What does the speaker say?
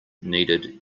needed